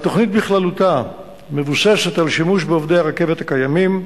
התוכנית בכללותה מבוססת על שימוש בעובדי הרכבת הקיימים,